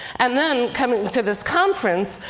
and then coming to this conference,